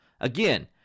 Again